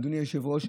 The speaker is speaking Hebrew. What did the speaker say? אדוני היושב-ראש,